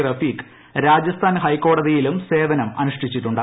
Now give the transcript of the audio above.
റഫീക്ക് രാജസ്ഥാൻ ക്ഹെക്കോടതിയിലും സേവനം അനുഷ്ഠിച്ചിട്ടുണ്ട്